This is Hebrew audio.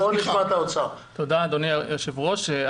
תודה אדוני היושב ראש.